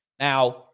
Now